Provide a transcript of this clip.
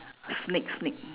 snake snake